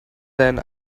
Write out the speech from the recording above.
then